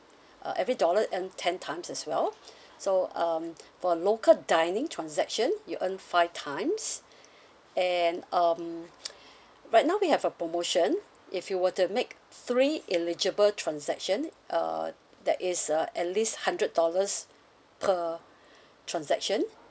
uh every dollar earn ten times as well so um for local dining transaction you earn five times and um right now we have a promotion if you were to make three eligible transaction uh that is uh at least hundred dollars per transaction